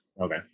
Okay